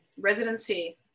residency